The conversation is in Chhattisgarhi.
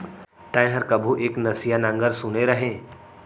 तैंहर कभू एक नसिया नांगर सुने रहें?